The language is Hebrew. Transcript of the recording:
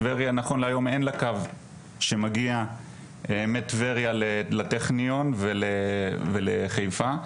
לטבריה היום אין קו שמגיע מטבריה לטכניות ולחיפה,